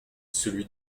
celui